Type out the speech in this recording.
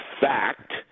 fact